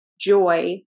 joy